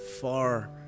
far